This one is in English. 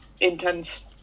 intense